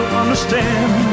understand